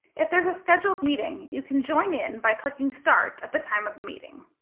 if there is a scheduled meeting, you can join in by clicking start at the time of the meeting.